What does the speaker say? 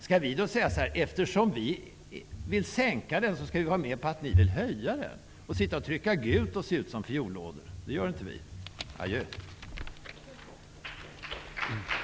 Skall vi då säga, att eftersom vi vill sänka den och det inte går skall vi gå med på att ni höjer den? Skall vi sitta trycka gult och se ut som fiollådor? Det gör inte vi. Adjö!